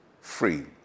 free